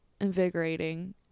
invigorating